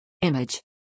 Image